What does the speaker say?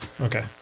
Okay